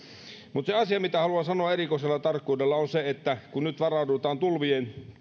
mutta se asia mitä haluan sanoa erikoisella tarkkuudella on se että kun nyt varaudutaan tulvien